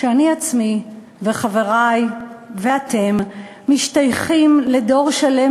שאני עצמי וחברי ואתם משתייכים לדור שלם